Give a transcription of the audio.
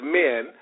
men